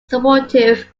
supportive